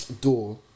door